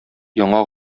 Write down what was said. яңа